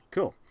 Cool